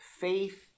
Faith